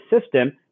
system